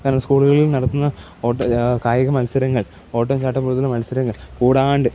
കാരണം സ്കൂളുകളിൽ നടത്തുന്ന ഓട്ട കായിക മത്സരങ്ങൾ ഒട്ടവും ചാട്ടവും പോലുള്ള മത്സരങ്ങൾ കൂടാണ്ട്